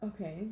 Okay